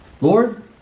Lord